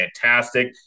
fantastic